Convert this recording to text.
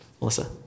Melissa